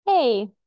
Hey